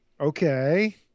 Okay